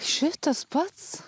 šitas pats